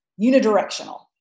unidirectional